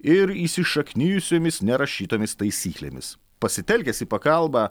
ir įsišaknijusiomis nerašytomis taisyklėmis pasitelkęs į pagalbą